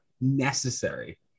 necessary